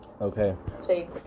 okay